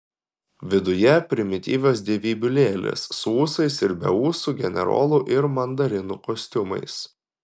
viduje primityvios dievybių lėlės su ūsais ir be ūsų generolų ir mandarinų kostiumais